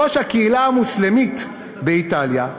ראש הקהילה המוסלמית באיטליה,